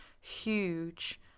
huge